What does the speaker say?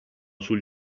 sul